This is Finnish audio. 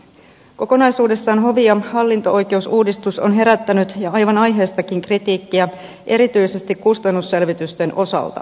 kokonaisuudessaan hovi ja hallinto oikeusuudistus on herättänyt aivan aiheestakin kritiikkiä erityisesti kustannusselvitysten osalta